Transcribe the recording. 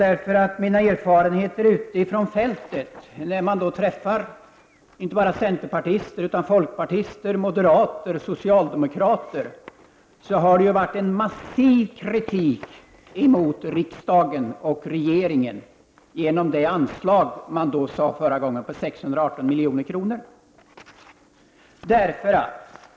Enligt mina erfarenheter utifrån fältet när jag har mött inte bara centerpartister utan även folkpartister, moderater och socialdemokrater har kritiken varit massiv mot det anslag på 618 milj.kr. som regering och riksdag har beslutat om.